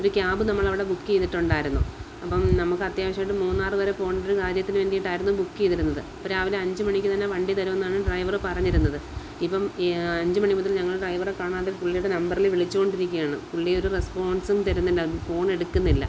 ഒരു ക്യാബ് നമ്മൾ അവിടെ ബുക്ക് ചെയ്തിട്ടുണ്ടായിരുന്നു അപ്പം നമുക്ക് അത്യാവശ്യമായിട്ട് മൂന്നാർ വരെ പോവേണ്ട ഒരു കാര്യത്തിന് വേണ്ടിയിട്ടായിരുന്നു ബുക്ക് ചെയ്തിരുന്നത് അപ്പം രാവിലെ അഞ്ച് മണിക്ക് തന്നെ വണ്ടി തരുമെന്നാണ് ഡ്രൈവർ പറഞ്ഞിരുന്നത് ഇപ്പം അഞ്ച് മണി മുതൽ ഞങ്ങൾ ഡ്രൈവറെ കാണാതെ പുള്ളിയുടെ നമ്പറിൽ വിളിച്ചുകൊണ്ടിരിക്കുകയാണ് പുള്ളി ഒരു റെസ്പോൺസും തരുന്നില്ല ഫോൺ എടുക്കുന്നില്ല